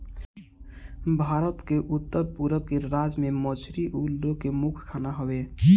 भारत के उत्तर पूरब के राज्य में मछली उ लोग के मुख्य खाना हवे